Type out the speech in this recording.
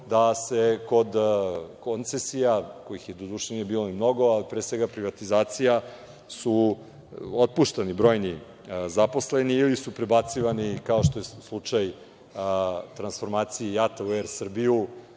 da se kod koncesija kojih doduše nije bilo ni mnogo, ali pre svega privatizacija, su otpuštani brojni zaposleni ili su prebacivani, kao što je slučaj transformacije JAT-a u Er Srbiju,